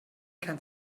kein